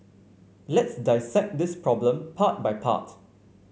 let's dissect this problem part by part